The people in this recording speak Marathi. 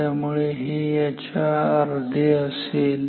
त्यामुळे हे याच्या अर्धे असेल